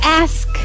ask